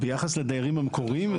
ביחס לדיירים המקוריים?